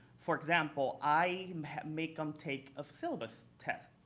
for example, i make them take a syllabus test,